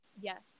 Yes